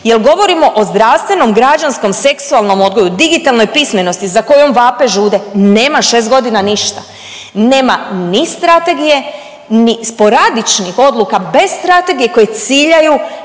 Je li govorimo o zdravstvenom, građanskom, seksualnom odgoju, digitalnom pismenosti za kojom vape, žude? Nema, 6 godina ništa. Nema ni strategije ni sporadičnih odluka bez strategije koje ciljaju